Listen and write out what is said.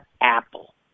Apple